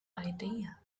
idea